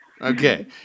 Okay